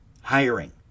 hiring